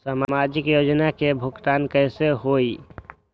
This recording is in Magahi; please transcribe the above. समाजिक योजना के भुगतान कैसे होई?